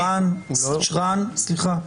רן, סליחה.